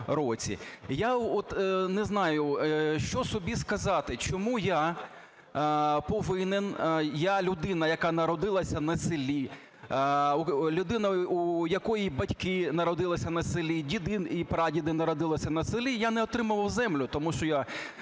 от не знаю, що собі сказати, чому я повинен, я, людина, яка народилася на селі, людина, у якої батьки народилися на селі, діди і прадіди народилися на селі, я не отримував землю, тому що я